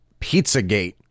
Pizzagate